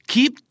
Keep